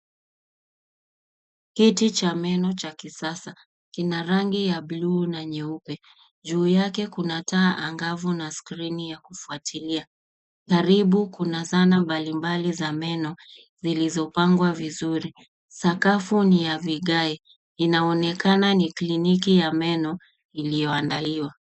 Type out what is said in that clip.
Kiti cha meno cha kisasa. Kina rangi ya buluu na nyeupe. Juu yake kuna taa angavu na skrini ya kifuatilia. Karibu kuna zana mbalimbali za meno zilizo pangwa vizuri. Sakafu ni ya vigae. Inaonekana ni kliniki ya meno iliyo andaliwa.